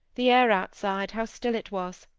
the air outside, how still it was!